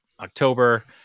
October